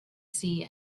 sea